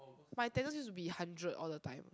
my attendance use to be hundred all the time